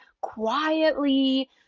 quietly